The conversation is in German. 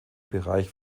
bereich